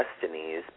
destinies